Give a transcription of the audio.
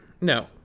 No